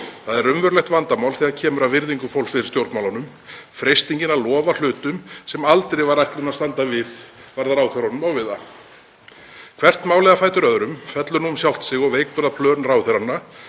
Það er raunverulegt vandamál þegar kemur að virðingu fólks fyrir stjórnmálunum, freistingin að lofa hlutum sem aldrei var ætlunin að standa við varð ráðherrunum ofviða. Hvert málið á fætur öðru fellur um sjálft sig og veikburða plön ráðherranna